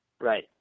Right